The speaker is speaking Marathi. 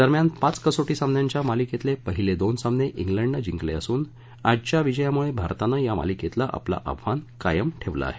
दरम्यान पाच कसोटी सामन्यांच्या मालिकेतले पहिले दोन सामने क्रिंडने जिंकले असून आजच्या विजयामुळे भारतानं या मालिकेतलं आव्हान कायम ठेवलं आहे